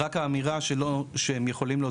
כן.